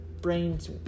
brains